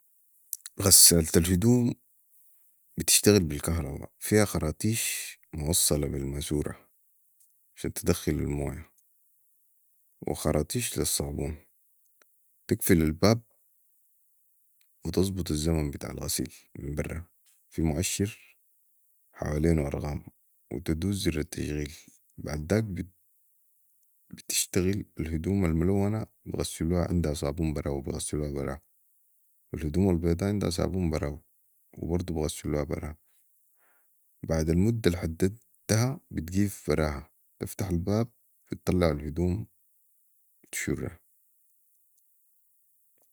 غساله الهدوم بتشتغل بي الكهرباء فيها خراطيش موصلا بي الماسوره عشان تدخل المويه و خراطيش لي الصابون تقفل الباب وتظبت الزمن بتاع الغسيل من بره في مواشر وحوالينو ارقام وتدوس زرالتشغل بعداك بتشتغل الهدوم الملونه بغسلوها عندها صابون براهو و بغسلوها براها و الهدوم البيضاء عندها صابون براهو و برضو بغسلوها براها بعد المده الحددها بتقيف براها تفتح الباب تطلع الهدوم وتشرها